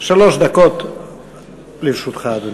שלוש דקות לרשותך, אדוני.